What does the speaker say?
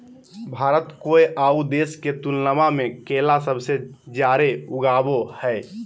भारत कोय आउ देश के तुलनबा में केला सबसे जाड़े उगाबो हइ